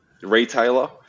retailer